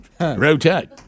Rotate